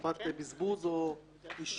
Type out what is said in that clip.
שדיברנו עליו.